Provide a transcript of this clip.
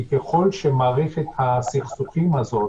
כי ככל שמערכת הסכסוכים הזאת